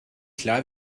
klar